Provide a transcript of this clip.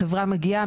החברה מגיעה,